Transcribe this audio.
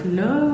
no